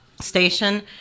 station